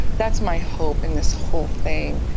that's my hope in this whole thing,